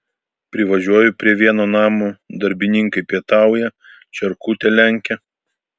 privažiuoju prie vieno namo darbininkai pietauja čierkutę lenkia